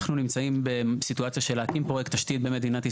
אנחנו נמצאים בסיטואציה של להקים פרויקט תשתית במדינת ישראל.